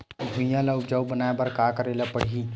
भुइयां ल उपजाऊ बनाये का करे ल पड़ही?